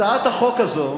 הצעת החוק הזאת